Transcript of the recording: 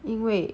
因为